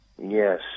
Yes